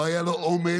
לא היה לו אומץ